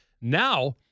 Now